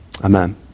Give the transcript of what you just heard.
amen